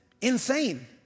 insane